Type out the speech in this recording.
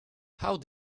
how